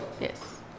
Yes